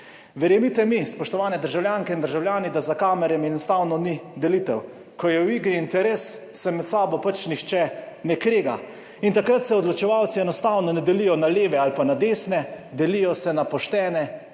Verjemite mi, spoštovane državljanke in državljani, da za kamerami enostavno ni delitev. Ko je v igri interes, se med sabo pač nihče ne krega in takrat se odločevalci enostavno ne delijo na leve ali pa na desne. Delijo se na poštene